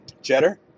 cheddar